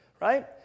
right